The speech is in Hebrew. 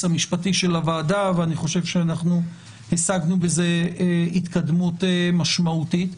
המשפטי של הוועדה ואני חושב שהשגנו בזה התקדמות משמעותית.